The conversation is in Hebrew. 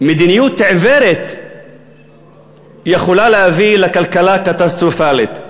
מדיניות עיוורת יכולה להביא לכלכלה קטסטרופלית.